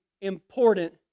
important